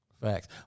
Facts